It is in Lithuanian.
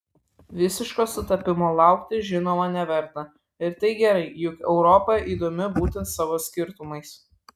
visiško sutapimo laukti žinoma neverta ir tai gerai juk europa įdomi būtent savo skirtumais